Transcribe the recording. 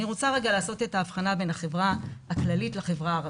אני רוצה רגע לעשות הבחנה בין החברה הכללית לחברה הערבית.